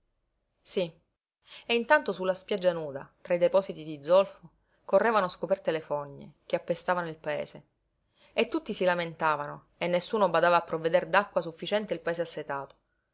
sí e intanto su la spiaggia nuda tra i depositi di zolfo correvano scoperte le fogne che appestavano il paese e tutti si lamentavano e nessuno badava a provveder d'acqua sufficiente il paese assetato